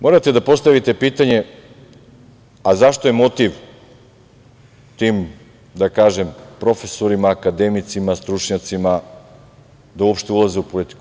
Morate da postavite pitanje – a zašto je motiv tim, da kažem, profesorima, akademicima, stručnjacima da uopšte ulaze u politiku?